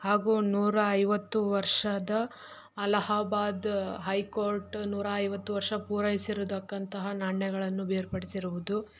ಹಾಗೂ ನೂರ ಐವತ್ತು ವರ್ಷದ ಅಲಹಾಬಾದ್ ಹೈ ಕೋರ್ಟ್ ನೂರ ಐವತ್ತು ವರ್ಷ ಪೂರೈಸಿರುದಕ್ಕಂತಹ ನಾಣ್ಯಗಳನ್ನು ಬೇರ್ಪಡಿಸಿರುವುದು